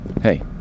Hey